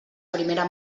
primera